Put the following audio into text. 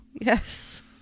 Yes